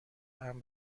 امن